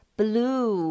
blue 。